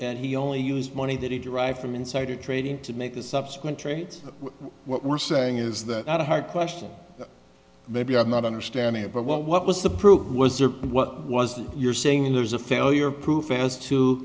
and he only used money that he derived from insider trading to make the subsequent trades what we're saying is that a hard question maybe i'm not understanding it but what what was the proof was there and what was your saying there's a failure proof as to